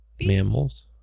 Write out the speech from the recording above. Mammals